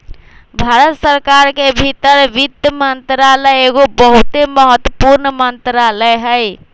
भारत सरकार के भीतर वित्त मंत्रालय एगो बहुते महत्वपूर्ण मंत्रालय हइ